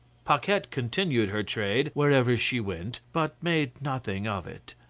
paquette continued her trade wherever she went, but made nothing of it.